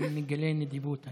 אני מגלה נדיבות היום.